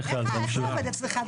איך זה עובד אצלך אדוני היו"ר?